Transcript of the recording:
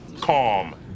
Calm